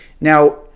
Now